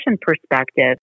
perspective